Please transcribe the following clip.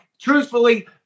truthfully